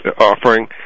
offering